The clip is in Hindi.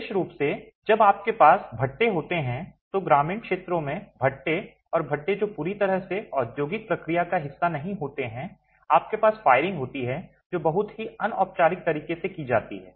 विशेष रूप से जब आपके पास भट्टे होते हैं तो ग्रामीण क्षेत्रों में भट्टे और भट्टे जो पूरी तरह से औद्योगिक प्रक्रिया का हिस्सा नहीं होते हैं आपके पास फायरिंग होती है जो बहुत ही अनौपचारिक तरीके से की जाती है